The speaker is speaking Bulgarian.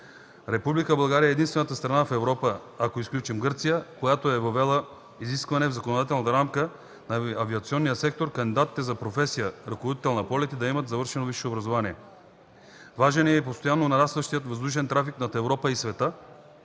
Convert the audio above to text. Република България е единствената страна в Европа, ако изключим Гърция, която е въвела изискване в законодателната рамка на авиационния сектор кандидатите за професията „ръководител на полети” да имат завършено висше образование. Важен е и постоянно нарастващият въздушен трафик над Европа и света,